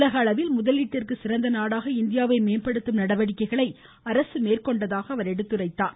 உலகளவில் முதலீட்டிற்கு சிறந்த நாடாக இந்தியாவை மேம்படுத்தும் நடவடிக்கைகளை அரசு மேற்கொண்டதாக அவர் எடுத்துரைத்தார்